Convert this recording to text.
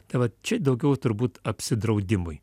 tai vat čia daugiau turbūt apsidraudimui